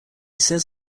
says